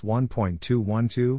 1.212